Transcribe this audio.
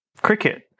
cricket